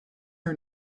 her